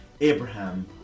abraham